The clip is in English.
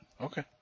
Okay